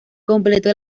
completó